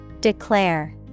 Declare